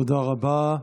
תודה רבה.